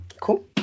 Cool